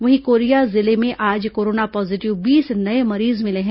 वहीं कोरिया जिले में आज कोरोना पॉजीटिव बीस नये मरीज मिले हैं